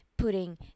Putting